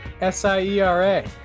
S-I-E-R-A